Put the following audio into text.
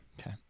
Okay